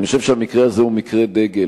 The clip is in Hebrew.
אני חושב שהמקרה הזה הוא מקרה דגל.